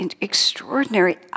extraordinary